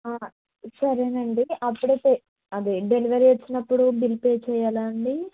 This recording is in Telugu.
సరేనండి అప్పుడే పే అదే డెలివరీ వచ్చినప్పుడు బిల్ పే చేయాలా అండి